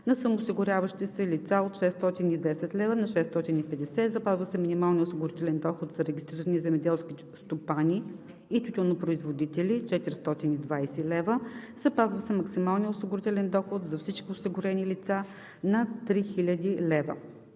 за самоосигуряващите се лица от 610 лв. на 650 лв. - Запазва се минималният осигурителен доход за регистрираните земеделски стопани и тютюнопроизводители – 420 лв. - Запазва се максималният осигурителен доход за всички осигурени лица на 3000 лв.